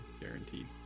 guaranteed